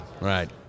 Right